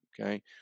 okay